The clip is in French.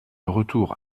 retour